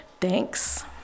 Thanks